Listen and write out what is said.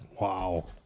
Wow